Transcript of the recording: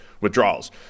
withdrawals